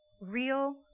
real